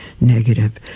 negative